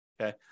okay